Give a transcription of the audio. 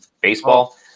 baseball